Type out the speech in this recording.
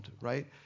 right